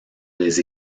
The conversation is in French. des